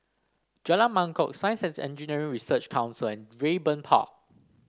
Jalan Mangkok Science And Engineering Research Council and Raeburn Park